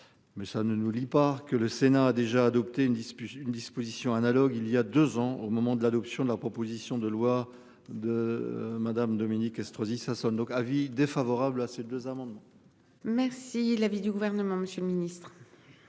Mais ça ne nous dit pas que le Sénat a déjà adopté une dispute une disposition analogue il y a. 2 ans au moment de l'adoption de la proposition de loi de Madame Dominique Estrosi Sassone donc avis défavorable à ces deux amendements. Merci. L'avis du gouvernement, Monsieur le Ministre.